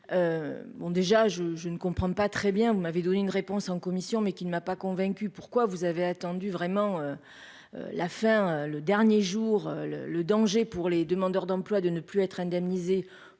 bon déjà je je ne comprends pas très bien, vous m'avez donné une réponse en commission mais qui ne m'a pas convaincu, pourquoi vous avez attendu vraiment la fin le dernier jour le le danger pour les demandeurs d'emploi de ne plus être indemnisés